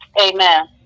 Amen